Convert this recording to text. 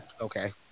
okay